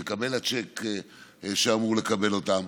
מקבל הצ'ק שאמור לקבל אותו.